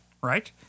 right